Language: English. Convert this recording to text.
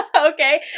Okay